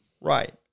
Right